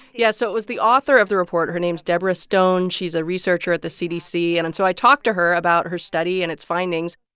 yeah, so it was the author of the report. her name's deborah stone. she's a researcher at the cdc. and and so i talked to her about her study and its findings.